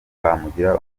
bamugira